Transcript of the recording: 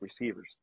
receivers